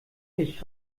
ich